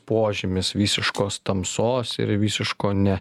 požymis visiškos tamsos ir visiško ne